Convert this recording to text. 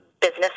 business